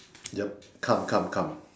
yup come come come